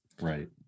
right